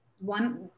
one